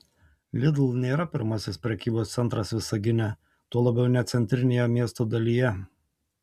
lidl nėra pirmasis prekybos centras visagine tuo labiau ne centrinėje miesto dalyje